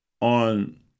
on